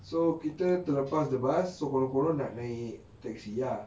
so kita terlepas so konon-konon nak naik taxi ah the bus two hundred foreign nightmare thanks ah ya